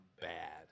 bad